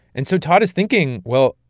and so todd is thinking, well,